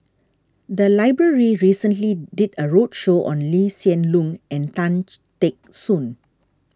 the library recently did a roadshow on Lee Hsien Loong and Tan Teck Soon